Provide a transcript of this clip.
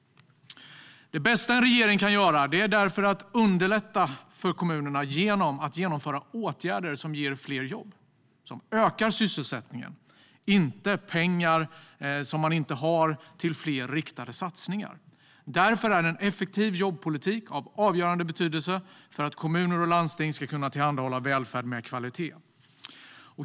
Det bästa en regering kan göra är att underlätta för kommunerna genom att vidta åtgärder som ger fler jobb och ökar sysselsättningen, inte att ge pengar man inte har till fler riktade satsningar. Därför är en effektiv jobbpolitik av avgörande betydelse för att kommuner och landsting ska kunna tillhandahålla välfärd med kvalitet.